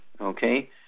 okay